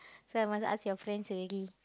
so I wanted ask your friends already